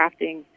crafting